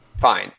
Fine